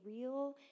real